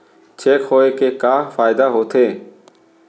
Cheque होए के का फाइदा होथे?